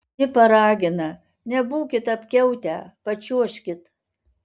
ji paragina nebūkit apkiautę pačiuožkit